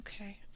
Okay